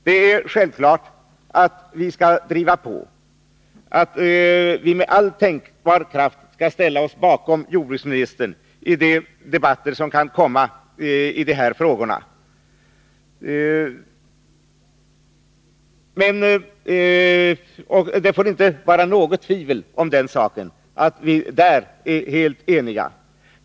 Det är självklart att vi skall driva på, att vi med all tänkbar kraft skall ställa oss bakom jordbruksministern i de debatter som kan komma i de här frågorna. Det får inte råda något tvivel om enigheten på den punkten.